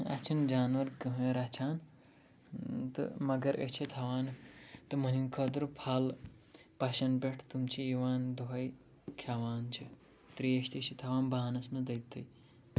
اَسہِ چھُنہٕ جاناوار کٕہٕنۍ رَچھان تہٕ مَگر أسۍ چھِ تھاوان تِمَن ہِنٛدۍ خٲطرٕ پھل پَشن پٮ۪ٹھ تِم چھِ یِوان دۄہے کھٮ۪وان چھِ تریش تہِ چھِ تھاوان بانَس منٛز تٔتھٕے